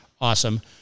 Awesome